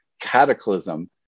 cataclysm